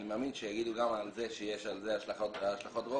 אני מאמין שיאמרו שגם על זה יש השלכות רוחב.